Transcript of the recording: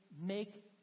make